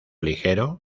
ligero